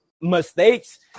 mistakes